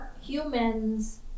Humans